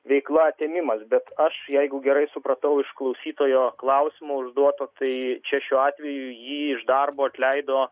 veikla atėmimas bet aš jeigu gerai supratau iš klausytojo klausimo užduoto tai čia šiuo atveju jį iš darbo atleido